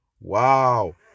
Wow